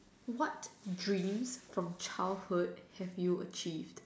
what dreams from childhood have you achieved